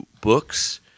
Books